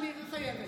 אני חייבת.